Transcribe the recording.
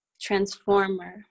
Transformer